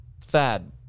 Fad